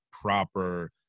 proper